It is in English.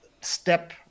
step